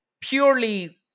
purely